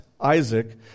Isaac